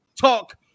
Talk